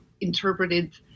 interpreted